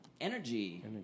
Energy